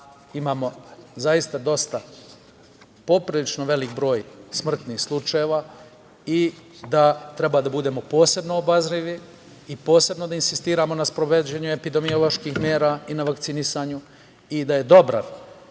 imamo zaista dosta poprilično veliki broj smrtnih slučajeva i da treba da budemo posebno obazrivi i posebno da insistiramo na sprovođenju epidemioloških mera i na vakcinisanju i da je dobra